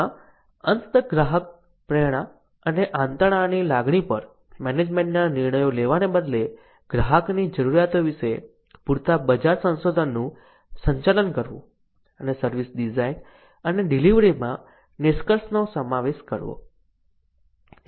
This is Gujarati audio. આમાં અંત ગ્રાહકપ્રેરણા અથવા આંતરડાની લાગણી પર મેનેજમેન્ટના નિર્ણયો લેવાને બદલે ગ્રાહકની જરૂરિયાતો વિશે પૂરતા બજાર સંશોધનનું સંચાલન કરવું અને સર્વિસ ડિઝાઇન અને ડિલિવરીમાં નિષ્કર્ષનો સમાવેશ કરવો